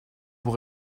vous